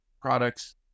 products